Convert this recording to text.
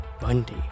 Bundy